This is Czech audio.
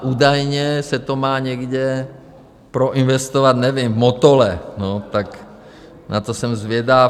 Údajně se to má někde proinvestovat, nevím, v Motole, no tak na to jsem zvědav.